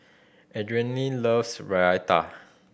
Adrienne loves Raita